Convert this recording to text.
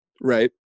Right